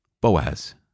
Boaz